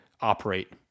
operate